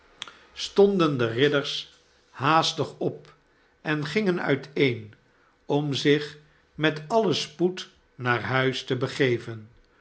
stonden de ridders haastig op en gingen uiteen om zich met alien spoed naar huis te begeven